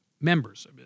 members